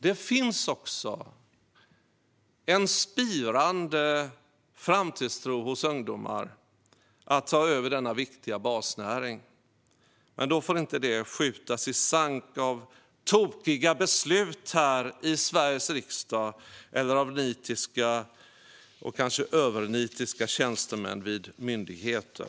Det finns också en spirande framtidstro hos ungdomar om att ta över denna viktiga basnäring. Men då får det inte skjutas i sank av tokiga beslut här i Sveriges riksdag eller av nitiska och kanske övernitiska tjänstemän vid myndigheter.